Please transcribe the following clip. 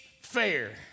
fair